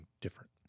different